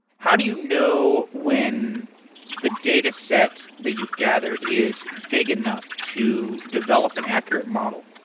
how do you know when the dataset that you've gathered is big enough to develop an accurate model?